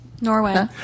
Norway